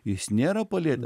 jis nėra palietęs